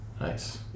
Nice